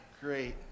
Great